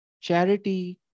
charity